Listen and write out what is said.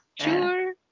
Sure